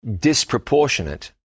disproportionate